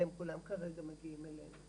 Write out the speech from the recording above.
והם כולם כרגע מגיעים אלינו,